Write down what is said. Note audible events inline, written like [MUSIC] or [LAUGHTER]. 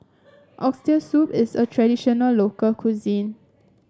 [NOISE] Oxtail Soup is a traditional local cuisine